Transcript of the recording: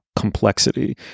complexity